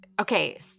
Okay